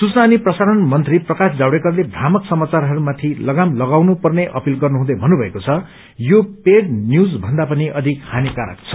सूचना अनि प्रसारण मन्त्री प्रकाश जावड़ेकरले थ्रामक समाचारहमरूमाथि लगाम लगाउनु पर्ने अपिल गर्नुहुँदै भन्नुभएको छ यो पेड न्यूजथन्दा पनि अधिक हानिकारक छ